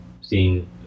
seeing